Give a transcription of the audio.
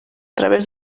través